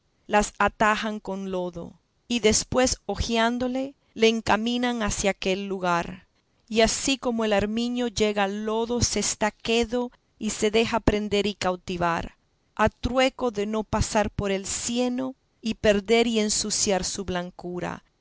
las atajan con lodo y después ojeándole le encaminan hacia aquel lugar y así como el arminio llega al lodo se está quedo y se deja prender y cautivar a trueco de no pasar por el cieno y perder y ensuciar su blancura